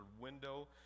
window